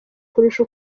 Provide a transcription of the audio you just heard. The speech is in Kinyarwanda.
kurusha